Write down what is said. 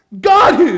God